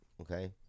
Okay